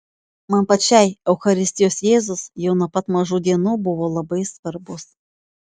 man pačiai eucharistijos jėzus jau nuo pat mažų dienų buvo labai svarbus